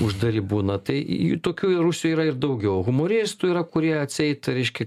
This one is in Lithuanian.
uždari būna tai tokių ir rusijoj yra ir daugiau humoristų yra kurie atseit reiškia